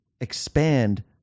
expand